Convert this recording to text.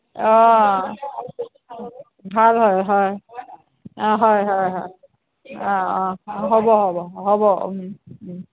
অ ভাল হয় হয় অ হয় হয় হয় অ অ হ'ব হ'ব হ'ব ও ওম